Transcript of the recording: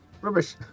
Rubbish